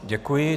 Děkuji.